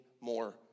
more